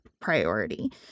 priority